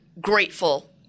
grateful